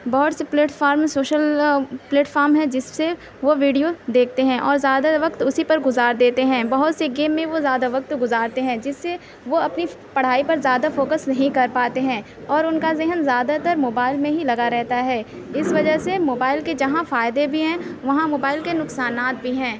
بہت سے platforms social platform ہیں جس سے وہ ویڈیو دیکھتے ہیں اور زیادہ وقت اُسی پر گزار دیتے ہیں بہت سے گیم میں وہ زیادہ وقت گزارتے ہیں جس سے وہ اپنی پڑھائی پر زیادہ فوکس نہیں کر پاتے ہیں اور اُن کا ذہن زیادہ تر موبائل میں ہی لگا رہتا ہے اِس وجہ سے موبائل کے جہاں فائدے بھی ہیں وہاں موبائل کے نقصانات بھی ہیں